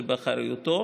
זה באחריותו.